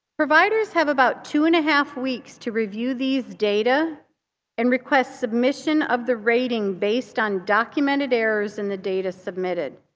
providers have about two-and-a-half weeks to review these data and request submission of the rating based on documented errors in the data submitted.